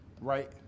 right